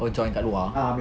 oh join kat luar